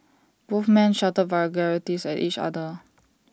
both men shouted vulgarities at each other